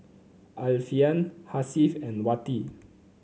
Alfian Hasif and Wati